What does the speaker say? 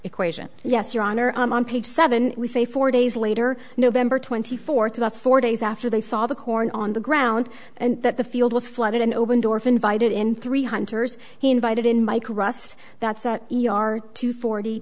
equation yes your honor i'm on page seven we say four days later november twenty fourth about four days after they saw the corn on the ground and that the field was flooded an open door for invited in three hunters he invited in michael rust that's e r to forty